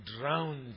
drowned